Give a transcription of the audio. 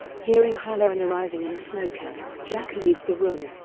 hearing hallorann arriving in a snowcat, jack leaves the room.